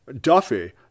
Duffy